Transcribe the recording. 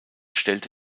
stellte